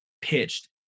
pitched